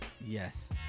Yes